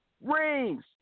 rings